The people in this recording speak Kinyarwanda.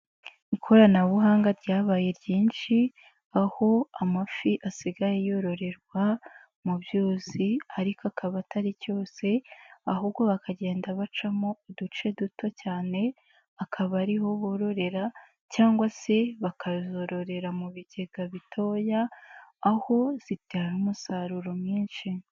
Ikoranabuhanga ryabaye ryinshi aho amafi asigaye yororerwa mu byuzi ariko akaba atari cyose ahubwo bakagenda bacamo uduce duto cyane akaba ari ho bororera cyangwa se bakazororera mu bigega bitoya aho zibyara umusaruro mwinshi.